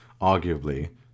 arguably